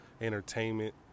entertainment